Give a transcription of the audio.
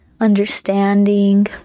understanding